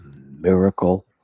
miracle